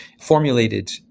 formulated